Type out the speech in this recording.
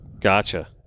Gotcha